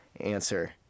answer